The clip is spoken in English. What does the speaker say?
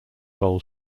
bowl